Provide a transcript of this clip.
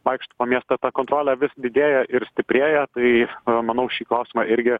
vaikšto po miestą ta kontrolė vis didėja ir stiprėja tai manau šį klausimą irgi